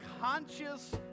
conscious